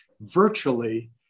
virtually